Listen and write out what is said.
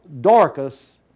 Dorcas